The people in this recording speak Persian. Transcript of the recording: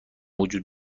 وجود